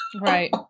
right